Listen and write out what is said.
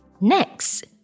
Next